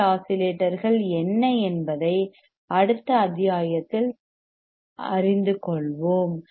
C LC ஆஸிலேட்டர்கள் என்ன என்பதை அடுத்த அத்தியாயத்தில் அறிந்து கொள்வோம்